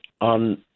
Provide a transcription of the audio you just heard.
on